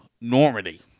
Normandy